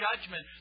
judgment